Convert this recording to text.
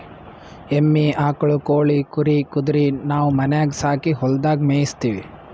ಎಮ್ಮಿ ಆಕುಳ್ ಕೋಳಿ ಕುರಿ ಕುದರಿ ನಾವು ಮನ್ಯಾಗ್ ಸಾಕಿ ಹೊಲದಾಗ್ ಮೇಯಿಸತ್ತೀವಿ